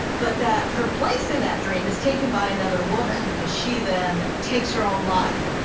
but that her place in that dream is taken by another woman as she then takes her own life,